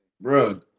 bro